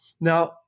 Now